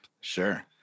sure